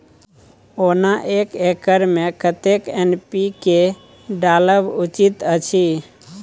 ओना एक एकर मे कतेक एन.पी.के डालब उचित अछि?